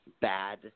bad